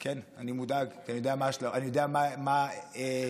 כן, אני מודאג, כי אני יודע מה ההשלכות, אני